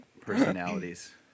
personalities